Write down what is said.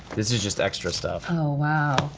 this is just extra stuff. oh, wow.